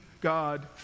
God